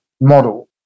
model